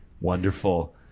wonderful